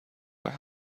were